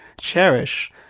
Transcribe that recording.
cherish